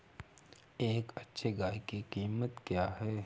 एक अच्छी गाय की कीमत क्या है?